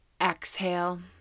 exhale